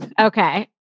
Okay